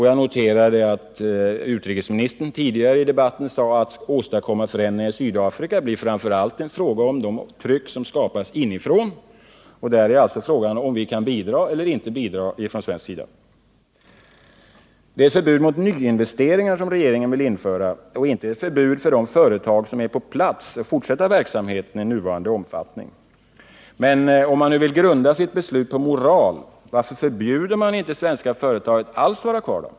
Jag noterade att utrikesministern tidigare i debatten sade att frågan om det skall kunna åstadkommas förändringar i Sydafrika framför allt blir en fråga om det tryck som skapas inifrån. Där är frågan om vi från svensk sida kan bidra eller inte. Det är ett förbud mot nyinvesteringar regeringen vill införa och inte ett förbud för de företag som är på plats att fortsätta verksamheten i nuvarande omfattning. Men om man nu vill grunda sitt beslut på moral, varför förbjuder man inte svenska företag att alls vara kvar?